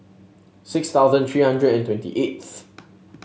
six thousand three hundred and twenty eighth